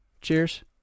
Cheers